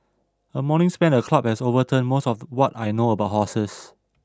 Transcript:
a morning spent at the club has overturned most of what I know about horses